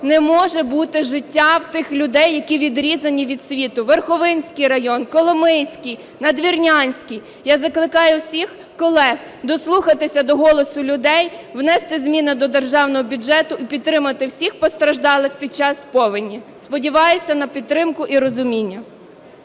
не може бути життя в тих людей, які відрізані від світу: Верховинський район, Коломийський, Надвірнянський. Я закликаю всіх колег дослухатися до голосу людей, внести зміни до Державного бюджету і підтримати всіх постраждалих під час повені. Сподіваюся на підтримку і розуміння.